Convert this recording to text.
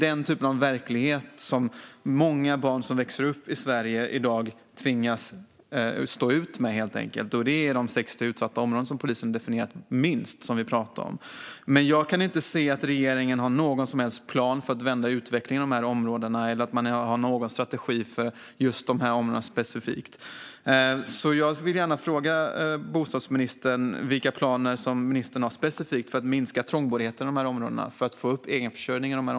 Den typen av verklighet tvingas många barn som växer upp i Sverige i dag stå ut med. Det handlar minst om de 60 utsatta områden som polisen har definierat. Jag kan dock inte se att regeringen har någon som helst plan för att vända utvecklingen eller någon specifik strategi för de områdena. Jag vill därför fråga bostadsministern vilka specifika planer han har för att minska trångboddheten och för att få upp egenförsörjningen i områdena.